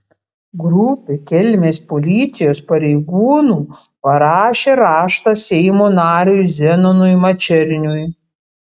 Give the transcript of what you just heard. grupė kelmės policijos pareigūnų parašė raštą seimo nariui zenonui mačerniui